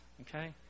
okay